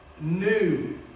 new